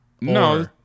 No